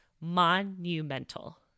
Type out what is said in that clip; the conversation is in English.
monumental